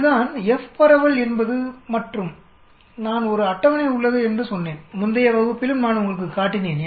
இதுதான் F பரவல் என்பது மற்றும் நான் ஒரு அட்டவணை உள்ளது என்று சொன்னேன்முந்தைய வகுப்பிலும் நான் உங்களுக்குக் காட்டினேன்